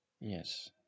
Yes